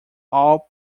all